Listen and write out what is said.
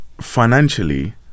financially